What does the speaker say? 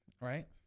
right